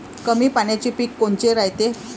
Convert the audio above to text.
कमी पाण्याचे पीक कोनचे रायते?